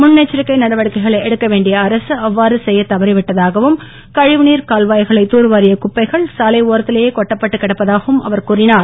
முன்னெச்சரிக்கை நடவடிக்கைகளை எடுக்கவேண்டிய அரசு அவ்வாறு செய்யத் தவறி விட்டதாகவும் கழிவுநீர் கால்வாய்கனை தூர்வாரிய குப்பைகள் சாலை ஒரத்திலேயே கொட்டப்பட்டுன கிடப்பதாகவும் அவர் கூறிஞர்